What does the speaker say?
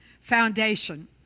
foundation